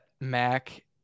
Mac